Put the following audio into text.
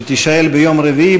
שתישאל ביום רביעי,